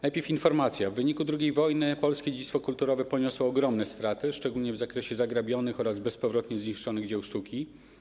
Najpierw informacja, że w wyniku II wojny polskie dziedzictwo kulturowe poniosło ogromne straty, szczególnie w zakresie zagrabionych oraz bezpowrotnie zniszczonych dzieł sztuki.